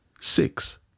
Six